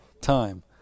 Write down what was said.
time